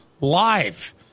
live